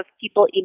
people